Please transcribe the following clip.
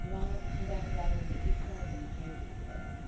you know i'm gonna have to come back and dive into each one of these changes here.